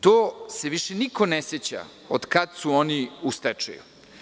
To se više niko ne seća od kada su oni u stečaju.